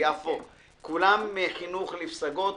כולם מפרויקט "חינוך לפסגות".